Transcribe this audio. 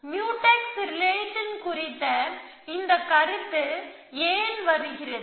mutex relation குறித்த இந்த கருத்து ஏன் வருகிறது